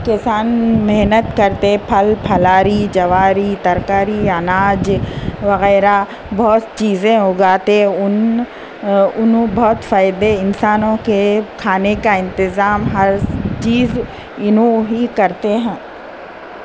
تو ہم محنت کرتے پھل پھلاری جواری ترکاری اناج وغیرہ بہت چیزیں اگاتے ان انھو بہت فائدے انسانوں کے کھانے کا انتظام ہر چیز یونو ہی کرتے ہیں